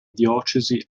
diocesi